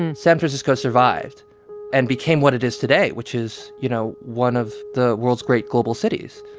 and san francisco survived and became what it is today, which is, you know, one of the world's great global cities.